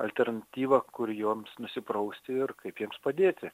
alternatyvą kur joms nusiprausti ir kaip jiems padėti